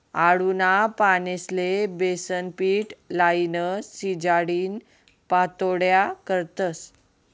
आळूना पानेस्ले बेसनपीट लाईन, शिजाडीन पाट्योड्या करतस